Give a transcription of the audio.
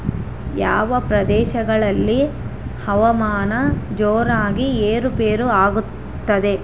ಯಾವ ಪ್ರದೇಶಗಳಲ್ಲಿ ಹವಾಮಾನ ಜೋರಾಗಿ ಏರು ಪೇರು ಆಗ್ತದೆ?